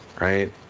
Right